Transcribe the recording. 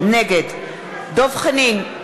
נגד דב חנין,